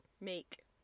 make